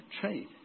trade